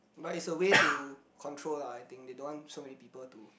but it's a way to control lah I think they don't want so many people to